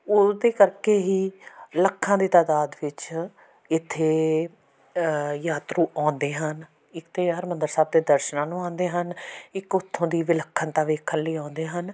ਉਹਦੇ ਕਰਕੇ ਹੀ ਲੱਖਾਂ ਦੀ ਤਾਦਾਦ ਵਿੱਚ ਇੱਥੇ ਯਾਤਰੂ ਆਉਂਦੇ ਹਨ ਇੱਥੇ ਹਰਿਮੰਦਰ ਸਾਹਿਬ ਦੇ ਦਰਸ਼ਨਾਂ ਨੂੰ ਆਉਂਦੇ ਹਨ ਇੱਕ ਉੱਥੋਂ ਦੀ ਵਿਲੱਖਣਤਾ ਦੇਖਣ ਲਈ ਆਉਂਦੇ ਹਨ